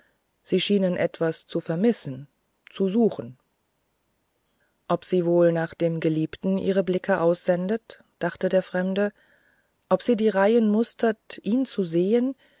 sie schienen etwas zu vermissen zu suchen ob sie wohl nach dem geliebten ihre blicke aussendet dachte der fremde ob sie die reihen mustert ihn zu sehen